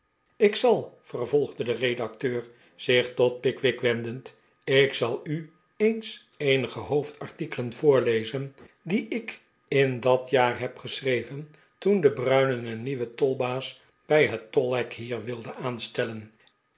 ik zal vervolgde de redacteur z ich tot pickwick wendend ik zal u eens eenige hoofdartikelen voorlezen die ik in dat jaar heb geschreven toen de bruinen eeri nieuwen tolbaas bij het tolhek hier wilden aanstellen